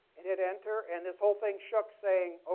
and hit enter, and this whole thing shook, saying, oh,